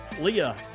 Leah